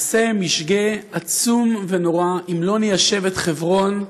נעשה משגה עצום ונורא אם לא ניישב את חברון,